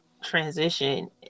transition